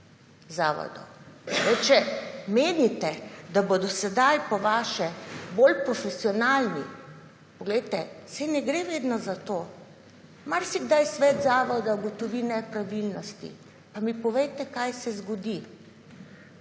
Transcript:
zavodov. Če menite, da bo do sedaj po vaše bolj profesionalni, poglejte, saj ne gre vedno za to. Marsikaj svet zavoda ugotovi nepravilnosti. Pa mi povejte kaj se zgodi?